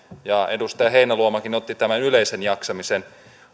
edustaja heinäluomakin otti tämän yleisen jaksamisen